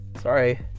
Sorry